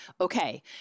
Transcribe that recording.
okay